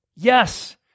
Yes